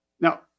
Now